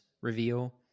reveal